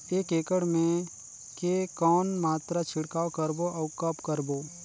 एक एकड़ मे के कौन मात्रा छिड़काव करबो अउ कब करबो?